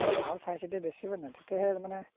অলপ ভাল চাই চিতি বেছিব না তেতিয়াহে মানে